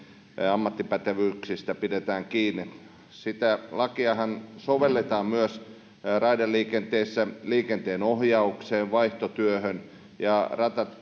ammattipätevyyksistä pidetään kiinni sitä lakiahan sovelletaan myös raideliikenteessä liikenteenohjaukseen vaihtotyöhön ja